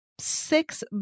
Six